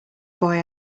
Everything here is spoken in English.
boy